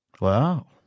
Wow